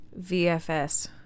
VFS